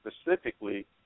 specifically